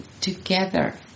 ...together